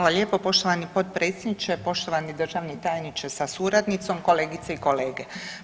Hvala lijepo poštovani potpredsjedniče, poštovani državni tajniče sa suradnicom, kolegice i kolege.